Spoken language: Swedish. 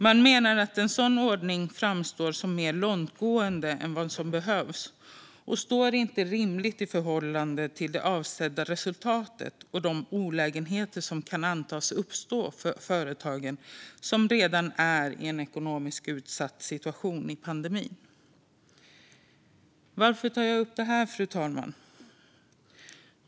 Man menar att en sådan ordning framstår som mer långtgående än vad som behövs och att den inte står i rimligt förhållande till det avsedda resultatet och de olägenheter som kan antas uppstå för företagen som redan är i en ekonomiskt utsatt situation i pandemin. Varför tar jag upp det här, fru talman?